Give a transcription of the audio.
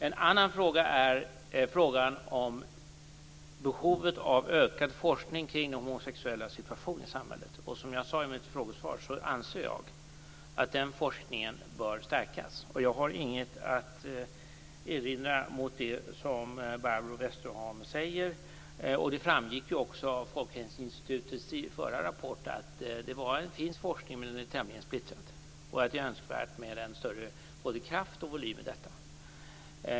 En annan sak är frågan om behovet av ökad forskning kring de homosexuellas situation i samhället. Som jag sade i mitt frågesvar anser jag att den forskningen bör stärkas. Jag har inget att erinra mot det som Barbro Westerholm säger. Det framgick också av Folkhälsoinstitutets förra rapport att det finns forskning. Den är dock tämligen splittrad. Det är önskvärt med både större kraft och större volym i detta.